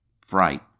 fright